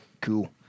Cool